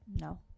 no